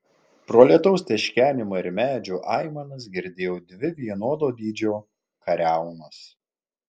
pro lietaus teškenimą ir medžių aimanas girdėjau dvi vienodo dydžio kariaunas